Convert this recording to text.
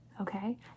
Okay